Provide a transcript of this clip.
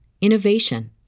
innovation